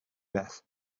beth